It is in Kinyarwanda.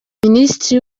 minisitiri